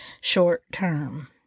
short-term